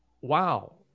wow